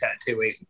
tattooing